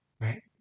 right